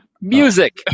Music